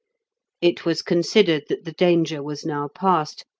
it was considered that the danger was now past,